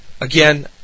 Again